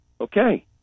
okay